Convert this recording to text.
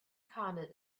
counted